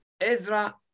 Ezra